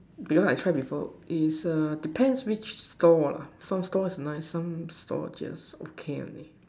because I tried before depends on which store la some store nice some store okay only